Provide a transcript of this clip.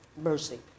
mercy